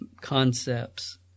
concepts